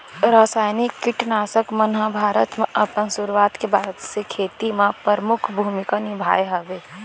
रासायनिक किट नाशक मन हा भारत मा अपन सुरुवात के बाद से खेती मा परमुख भूमिका निभाए हवे